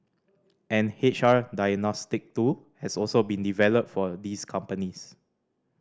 an H R diagnostic tool has also been developed for these companies